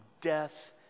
death